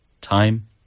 Time